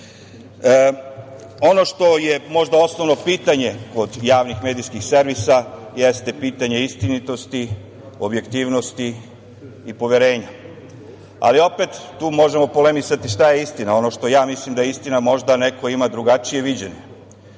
što je možda osnovno pitanje kod javnih medijskih servisa jeste pitanje istinitosti, objektivnosti i poverenja, ali opet tu možemo polemisati šta je istina. Ono što ja mislim da je istina možda neko ima drugačije viđenje.